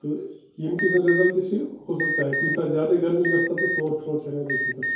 تہٕ ییٚمہِ کہِ زَن رِزَلٹ چھِ ہوسکتا ہے کُنہِ ساتہٕ زیادَے گَرمی گژھان تہٕ سور تھرٛوٹ چھِ ہٮ۪کان گٔژھِتھ